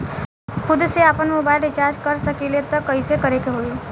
खुद से आपनमोबाइल रीचार्ज कर सकिले त कइसे करे के होई?